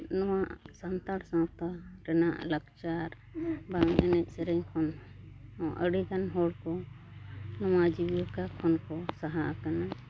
ᱱᱚᱣᱟ ᱥᱟᱱᱛᱟᱲᱟ ᱥᱟᱶᱛᱟ ᱨᱮᱱᱟᱜ ᱞᱟᱠᱪᱟᱨ ᱵᱟᱝ ᱮᱱᱮᱡ ᱥᱮᱨᱮᱧ ᱠᱷᱚᱱ ᱦᱚᱸ ᱟᱰᱤᱜᱟᱱ ᱦᱚᱲ ᱠᱚ ᱱᱚᱣᱟ ᱡᱤᱵᱤᱠᱟ ᱠᱷᱚᱱᱠᱚ ᱥᱟᱦᱟ ᱟᱠᱟᱱᱟ